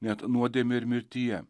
net nuodėmėj ir mirtyje